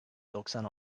doksan